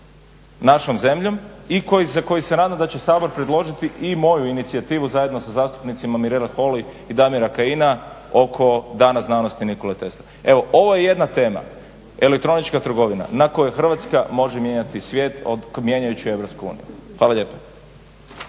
našom zemljom i za koji se nadam da će Sabor predložiti i moju inicijativu zajedno sa zastupnicima Mirelom Holy i Damira Kajina oko Dana znanosti Nikole Tesle. Evo, ovo je jedna tema, elektronička trgovina na kojoj Hrvatska može mijenjati svijet mijenjajući EU. Hvala lijepo.